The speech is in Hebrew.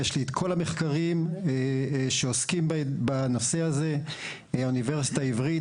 יש לי את כל המחקרים שעוסקים בנושא הזה האוניברסיטה העברית,